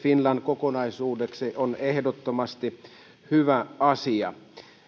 finland kokonaisuudeksi on ehdottomasti hyvä asia